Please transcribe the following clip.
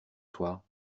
soir